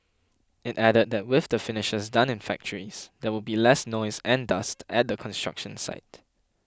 it added that with the finishes done in factories there will be less noise and dust at the construction site